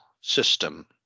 system